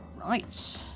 Right